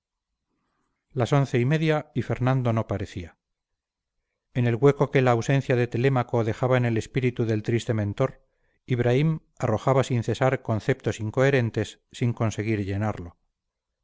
las once y media y fernando no parecía en el hueco que la ausencia de telémaco dejaba en el espíritu del triste mentor ibraim arrojaba sin cesar conceptos incoherentes sin conseguir llenarlo